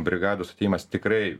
brigados atėjimas tikrai